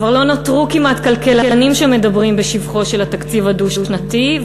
כבר לא נותרו כמעט כלכלנים שמדברים בשבחו של התקציב הדו-שנתי,